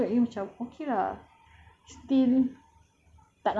tak macam there's bling sangat tapi macam elok jadi macam okay lah